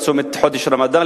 לצום את חודש הרמדאן,